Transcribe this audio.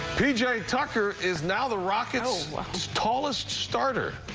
the jury talker is now the rocket what's tallest starter.